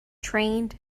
trained